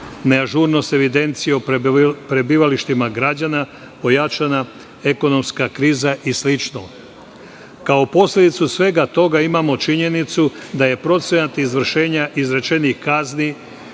neažurnost evidencije o prebivalištima građana ojačana, ekonomska kriza i slično. Kao posledicu svega toga imamo činjenicu da je procenat izvršenja izrečenih kazni